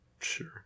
Sure